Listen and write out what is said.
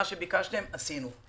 מה שביקשתם עשינו.